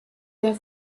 der